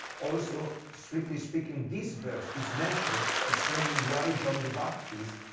also, strictly speaking, this verse is mentioned explaining why john the baptist.